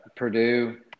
Purdue